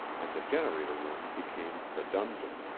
and the generator room became the dungeon.